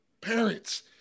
parents